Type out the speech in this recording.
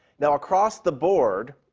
now, across the board,